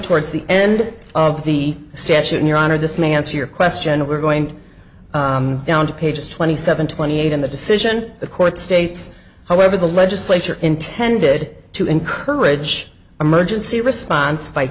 towards the end of the statute in your honor this may answer your question we're going down to page twenty seven twenty eight in the decision the court states however the legislature intended to encourage emergency response by